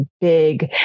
big